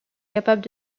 capable